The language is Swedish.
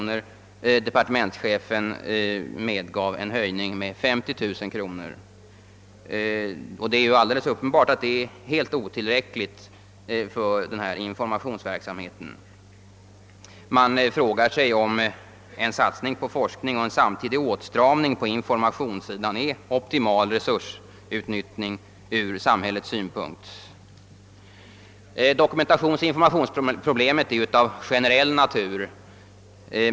men departementschefen medgav endast 50 000 kr. Det är alldeles uppenbart att detta anslag är helt otillräckligt för den ifrågavarande informationsverksamheten. Man frågar sig om en satsning på forskning och en samtidig åtstramning på informationssidan innebär ett optimalt resursutnyttjande ur samhällsekonomisk synpunkt. Dokumentationsoch informationsproblemet är av generell natur.